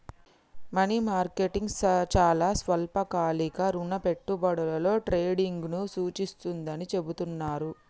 money market చాలా స్వల్పకాలిక రుణ పెట్టుబడులలో ట్రేడింగ్ను సూచిస్తుందని చెబుతున్నరు